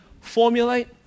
formulate